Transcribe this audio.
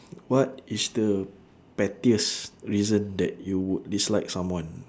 what is the pettiest reason that you dislike someone